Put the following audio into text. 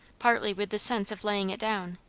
partly with the sense of laying it down,